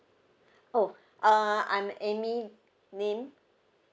oh err I'm amy lim